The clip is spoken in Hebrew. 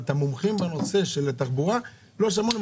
ואת המומחים בנושא התחבורה לא שמענו.